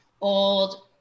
old